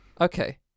Okay